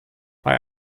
bei